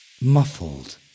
muffled